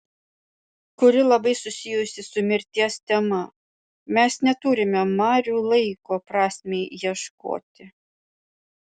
kuri labai susijusi su mirties tema mes neturime marių laiko prasmei ieškoti